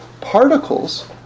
particles